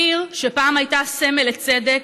עיר שפעם הייתה סמל לצדק,